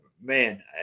man